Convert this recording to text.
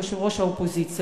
יושבת-ראש האופוזיציה,